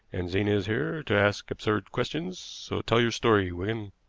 and zena is here to ask absurd questions so tell your story, wigan.